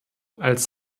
als